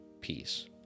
peace